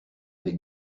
avec